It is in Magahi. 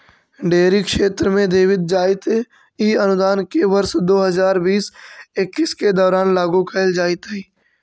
डेयरी क्षेत्र में देवित जाइत इ अनुदान के वर्ष दो हज़ार बीस इक्कीस के दौरान लागू कैल जाइत हइ